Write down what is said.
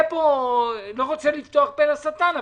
אני לא רוצה לפתוח פה לשטן,